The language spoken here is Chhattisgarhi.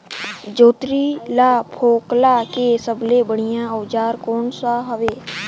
जोंदरी ला फोकला के सबले बढ़िया औजार कोन सा हवे?